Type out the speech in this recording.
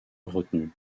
retenu